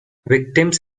victims